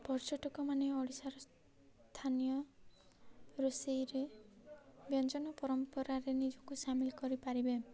ପର୍ଯ୍ୟଟକମାନେ ଓଡ଼ିଶାର ସ୍ଥାନୀୟ ରୋଷେଇରେ ବ୍ୟଞ୍ଜନ ପରମ୍ପରାରେ ନିଜକୁ ସାମିଲ୍ କରିପାରିବେ